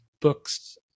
books